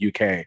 UK